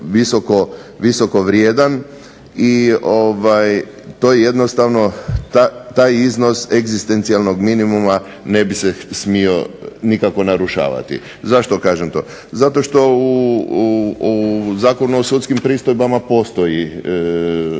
visoko vrijedan. I to je jednostavno, taj iznos egzistencijalnog minimuma ne bi se smio nikako narušavati. Zašto kažem to? Zato što u Zakonu o sudskim pristojbama postoji